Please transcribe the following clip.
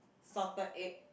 salted egg